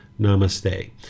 namaste